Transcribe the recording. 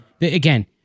again